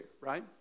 right